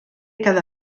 cada